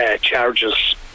charges